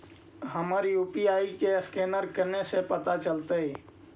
हमर यु.पी.आई के असकैनर कने से पता चलतै?